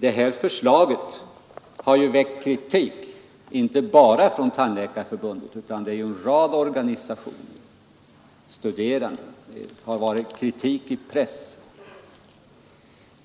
Det här förslaget har väckt kritik inte bara från Tandläkarförbundet utan från en rad organisationer, t.ex. från de studerande. Kritik har också förekommit